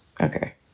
Okay